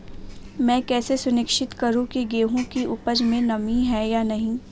मैं कैसे सुनिश्चित करूँ की गेहूँ की उपज में नमी है या नहीं?